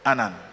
Anan